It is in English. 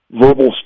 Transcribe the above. verbal